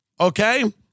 okay